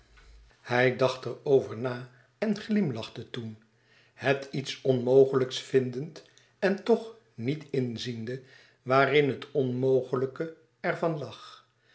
hij dacht er over na en glimlachte toen het iets onmogelijks vindend en toch niet inziende waarin het onmogelijke er van lag